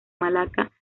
malaca